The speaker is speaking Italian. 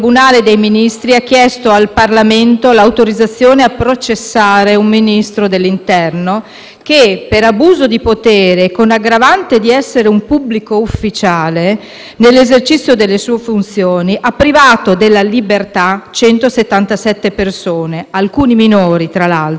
che, per abuso di potere, con l'aggravante di essere un pubblico ufficiale nell'esercizio delle sue funzioni, ha privato della libertà 177 persone, alcuni minori tra l'altro, e violato deliberatamente le norme nazionali e convenzioni internazionali.